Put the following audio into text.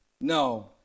No